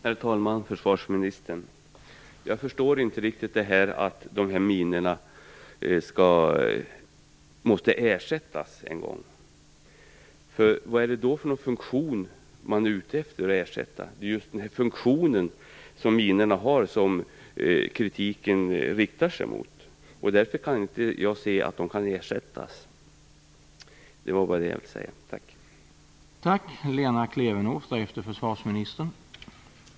Herr talman! Försvarsministern! Jag förstår inte riktigt att de här minorna måste ersättas en gång. Vad är det för funktion man är ute efter att ersätta? Det är just den funktion som minorna har som kritiken riktar sig mot. Därför kan jag inte se att de kan ersättas. Det var bara det jag ville säga. Tack.